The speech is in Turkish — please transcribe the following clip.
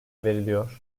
veriliyor